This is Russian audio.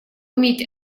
уметь